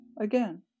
again